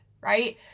right